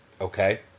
Okay